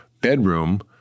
bedroom